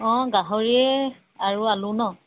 অঁ গাহৰিয়ে আৰু আলু ন